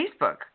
Facebook